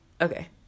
Okay